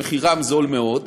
שמחירם זול מאוד,